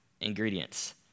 ingredients